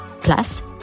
plus